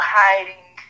hiding